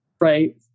right